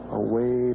away